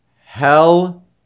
Hell